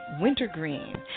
Wintergreen